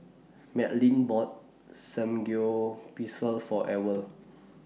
Madlyn bought Samgyeopsal For Ewell